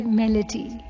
melody